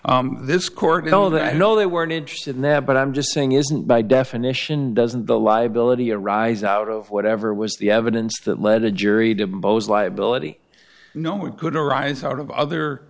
in this court although i know they weren't interested in that but i'm just saying isn't by definition doesn't the liability arise out of whatever was the evidence that led the jury to bows liability no we could arise out of other